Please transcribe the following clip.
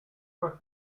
quoi